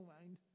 mind